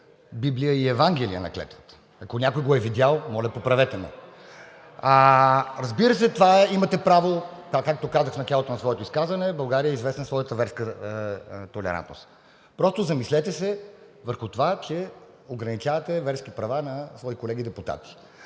Библия и Евангелие на клетвата. Ако някой го е видял, моля, поправете ме. Разбира се, това имате право. Така, както казах в началото на своето изказване, България е известна със своята верска толерантност. Просто се замислете върху това, че ограничавате верски права на свои колеги депутати.